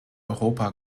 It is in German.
europa